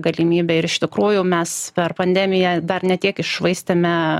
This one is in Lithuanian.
galimybė ir iš tikrųjų mes per pandemiją dar ne tiek iššvaistėme